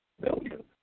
million